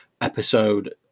episode